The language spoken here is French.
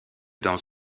dans